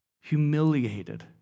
humiliated